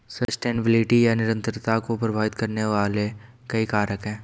sustainability या निरंतरता को प्रभावित करने वाले कई कारक हैं